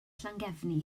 llangefni